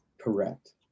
Correct